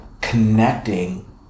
connecting